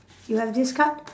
you have this card